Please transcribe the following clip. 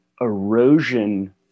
erosion